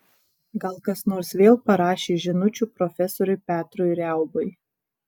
gal kas nors vėl parašė žinučių profesoriui petrui riaubai